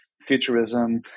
futurism